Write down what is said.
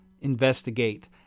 Investigate